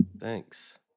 Thanks